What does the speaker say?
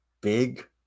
big